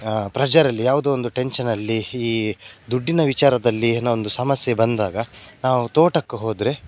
ಪ್ರೆಝರಲ್ಲಿ ಯಾವುದೋ ಒಂದು ಟೆನ್ಷನ್ನಲ್ಲಿ ಈ ದುಡ್ಡಿನ ವಿಚಾರದಲ್ಲಿ ಏನೋ ಒಂದು ಸಮಸ್ಯೆ ಬಂದಾಗ ನಾವು ತೋಟಕ್ಕೆ ಹೋದರೆ